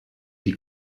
die